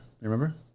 remember